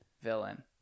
villain